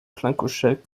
blankoscheck